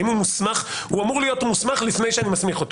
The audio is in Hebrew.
הוא אמור להיות מוסמך לפני שאני מסמיך אותו.